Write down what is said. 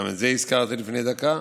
שגם את זה הזכרתי לפני דקה.